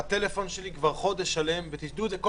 חברי הוועדה, שהטלפון שלי כבר חודש שלם קורס.